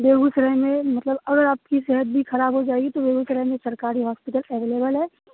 बेगूसराय में मतलब अगर आपकी सेहत भी ख़राब हो जाएगी तो बेगूसराय में सरकारी हॉस्पिटल एवलेबल है